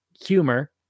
humor